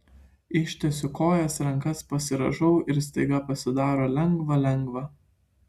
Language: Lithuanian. ištiesiu kojas rankas pasirąžau ir staiga pasidaro lengva lengva